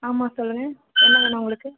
ஆமாம் சொல்லுங்கள் என்ன வேணும் உங்களுக்கு